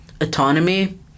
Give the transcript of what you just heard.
autonomy